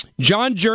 John